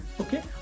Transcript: okay